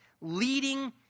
leading